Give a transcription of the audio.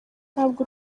ntabwo